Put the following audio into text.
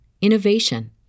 innovation